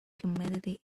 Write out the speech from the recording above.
humidity